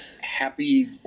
happy